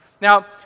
Now